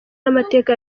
n’amateka